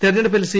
തെരഞ്ഞെടുപ്പിൽ സി